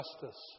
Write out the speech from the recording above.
justice